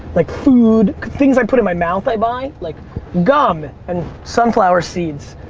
like food, things i put in my mouth, i buy. like gum and sunflower seeds.